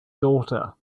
daughter